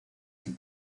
sin